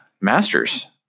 masters